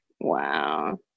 wow